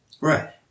Right